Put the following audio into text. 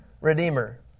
Redeemer